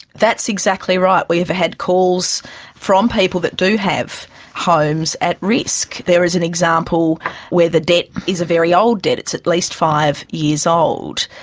that's exactly right. we've had calls from people that do have homes at risk. there is an example where the debt is a very old debt at least five years old,